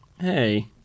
Hey